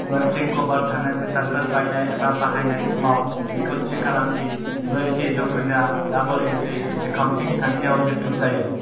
royalty कभार थानाय बेसादफोर बायनाय एबा बाहायनाय समाव बेखौ थि खालाम दि रयेल्टी जौखोन्दोआ डाबल एन्ट्री एकाउन्टिं खान्थियाव लिरथुम जायो